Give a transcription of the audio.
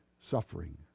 suffering